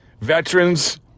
veterans